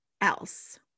else